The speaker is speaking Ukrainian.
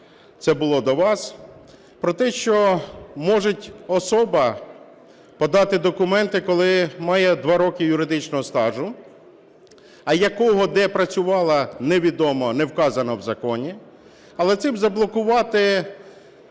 це було до вас, про те, що може особа подати документи, коли має два роки юридичного стажу, а якого, де працювала – невідомо, не вказано в законі, але цим заблокувати кількість